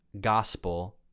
gospel